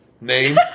Name